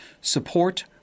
support